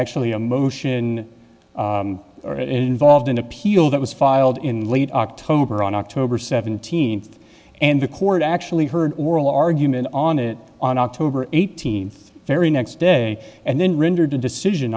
actually a motion involved an appeal that was filed in late october on october seventeenth and the court actually heard oral argument on it on october eighteenth very next day and then rendered a decision